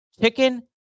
chicken